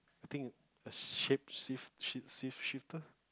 think a shape shift shifter